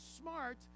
smart